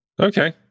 Okay